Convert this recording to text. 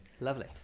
Lovely